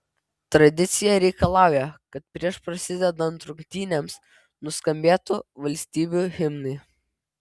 tradicija reikalauja kad prieš prasidedant rungtynėms nuskambėtų valstybių himnai